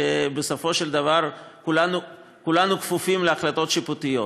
שבסופו של דבר כולנו כפופים להחלטות שיפוטיות.